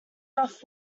off